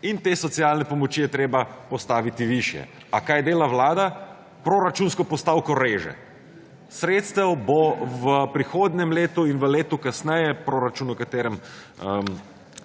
te socialne pomoči pa je treba postaviti višje. A kaj dela vlada? Proračunsko postavko reže. Sredstev bo v prihodnjem letu in v letu kasneje v proračunu, o katerem